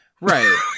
Right